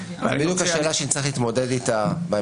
וזו בדיוק השאלה שנצטרך להתמודד איתה בהמשך.